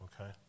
Okay